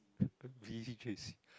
V_J_C